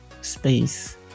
space